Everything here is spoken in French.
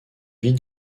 vie